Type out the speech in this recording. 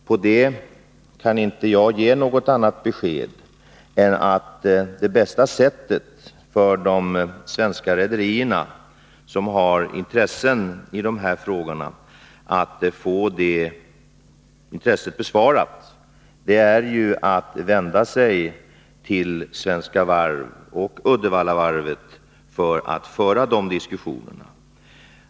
På det kan jag inte ge något annat besked än att det bästa sättet för de svenska rederierna att få sina intressen bevakade är att vända sig till Svenska Varv och Uddevallavarvet för att föra diskussionerna.